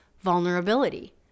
vulnerability